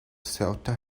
ceuta